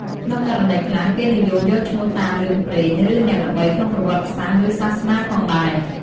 ក្នុងករណីខ្លះ គេនិយមយកឈ្មោះតាមរឿងព្រេង ឬអ្នកល្បីក្នុងប្រវត្តិសាស្ត្រឬសាសនាផងដែរ។